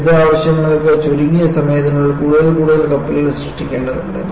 യുദ്ധ ആവശ്യകതകൾക്ക് ചുരുങ്ങിയ സമയത്തിനുള്ളിൽ കൂടുതൽ കൂടുതൽ കപ്പലുകൾ സൃഷ്ടിക്കേണ്ടതുണ്ട്